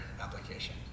application